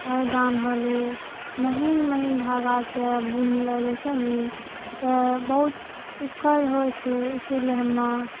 पाओदान भेलै महीन महीन धागासँ बुनलौ जाइ छै नि तऽ बहुत दिक्कत होइ छै इसिलियै हमे